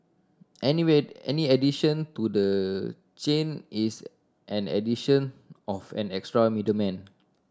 anyway any addition to the chain is an addition of an extra middleman